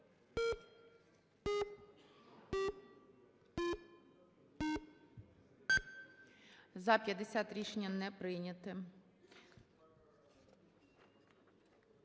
За-47 Рішення не прийнято.